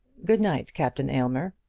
good-night, captain aylmer.